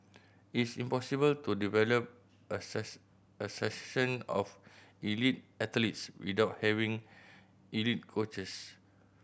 it's impossible to develop a of elite athletes without having elite coaches